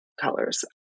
colors